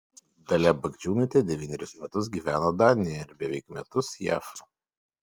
dalia bagdžiūnaitė devynerius metus gyveno danijoje ir beveik metus jav